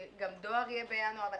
גם דואר יהיה בינואר.